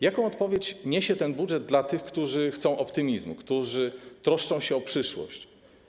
Jaką odpowiedź niesie ten budżet dla tych, którzy chcą optymizmu, którzy troszczą się o przyszłość?